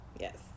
Yes